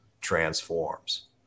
transforms